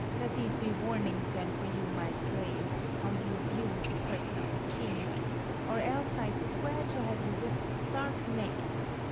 let these be warnings, then, for you, my slave, how you abuse the person of the king or else i swear to have you whipt stark nak'd.